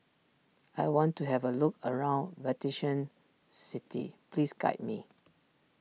I want to have a look around Vatican City please guide me